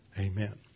Amen